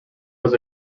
was